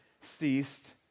ceased